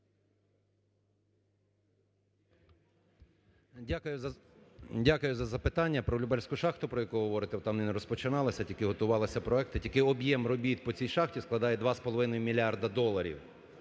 Дякую за запитання. Про "Любельську" шахту, про яку ви говорите, там не розпочиналися, тільки готувалися проекти, тільки об'єм робіт по цій шахті складає 2,5 мільярди доларів,